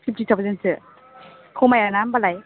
fifty थावजेनसो खमायाना होम्बालाय